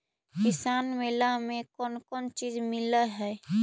किसान मेला मे कोन कोन चिज मिलै है?